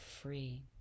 free